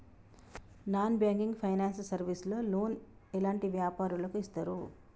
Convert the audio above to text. Non banking finance service లో loan ఎలాంటి వ్యాపారులకు ఇస్తరు?